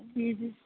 جی جی